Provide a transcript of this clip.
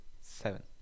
Seven